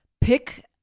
pick